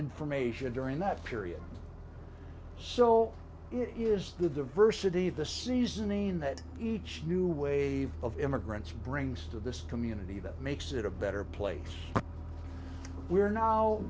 asia during that period so it is the diversity of the seasoning that each new wave of immigrants brings to this community that makes it a better place we are now